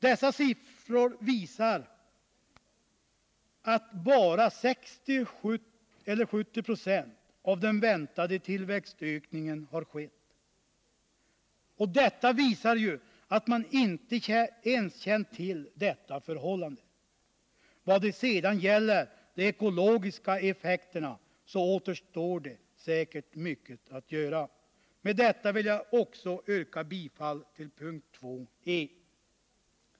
Dessa siffror visar att bara 60-70 90 av den väntade tillväxtökningen har skett. Detta ger vid handen att man inte känt till förhållandena härvidlag. Vad det sedan gäller de ekologiska effekterna. så återstår det säkert mycket att göra. Med detta vill jag också yrka bifall till punkt 2 e).